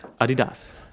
Adidas